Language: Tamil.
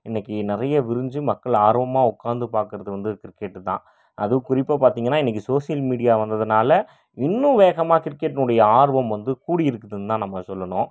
இன்றைக்கி நிறைய விரிஞ்சு மக்கள் ஆர்வமாக உட்காந்து பார்க்கறது வந்து கிரிக்கெட்டு தான் அதுவும் குறிப்பாக பார்த்திங்கன்னா இன்றைக்கு சோசியல் மீடியா வந்ததுனால இன்னும் வேகமாக கிரிகெட்னுடைய ஆர்வம் வந்து கூடி இருக்குதுன்னு தான் நம்ம வந்து சொல்லணும்